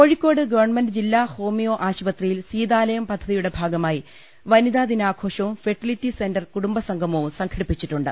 Kozhikode government ജില്ലാ homoeo ആശുപത്രിയിൽ സീതാലയം പദ്ധതിയുടെ ഭാഗമായി വനിതാ ദിനാഘോഷവും ഫെർട്ടി ലിറ്റി സെന്റർ കുടുംബ സംഗമവും സംഘടിപ്പിച്ചിട്ടുണ്ട്